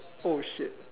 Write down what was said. oh shit